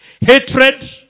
hatred